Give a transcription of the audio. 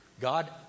God